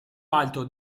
alto